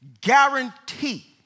Guarantee